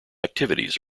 activities